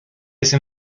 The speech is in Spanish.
ese